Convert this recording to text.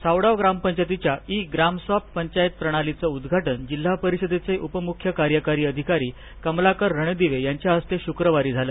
सावडाव ग्रामपंचातीच्या ई ग्रामसॉफ्ट पंचायत प्रणालीचे उदघाटन जिल्हा परिषदेचे उपमुख्य कार्यकारी अधिकारी कमलाकर रणदिवे यांच्या हस्ते शुक्रवारी झाल